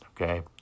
okay